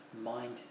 mind